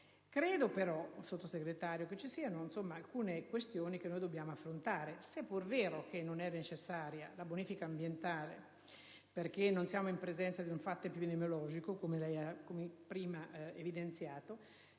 Credo però, signor Sottosegretario, che ci siano alcune questioni che dobbiamo affrontare. Se è vero che non è necessaria la bonifica ambientale perché non siamo in presenza di un fatto epidemiologico, come lei ha prima evidenziato,